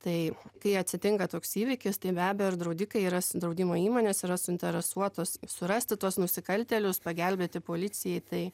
tai kai atsitinka toks įvykis tai be abejo ir draudikai yra draudimo įmonės yra suinteresuotos surasti tuos nusikaltėlius pagelbėti policijai tai